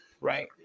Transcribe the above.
right